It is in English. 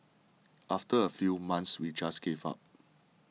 after a few months we just gave up